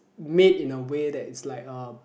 made in a way that is like um